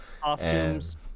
costumes